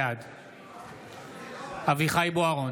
בעד אביחי אברהם בוארון,